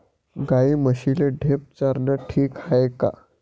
गाई म्हशीले ढेप चारनं ठीक हाये का?